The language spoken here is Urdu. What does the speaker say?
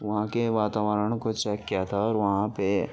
وہاں کے واتاورن کو چیک کیا تھا اور وہاں پہ